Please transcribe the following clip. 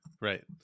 Right